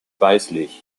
weißlich